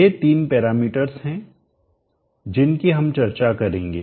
ये तीन पैरामीटर्स हैं जिनकी हम चर्चा करेंगे